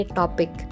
topic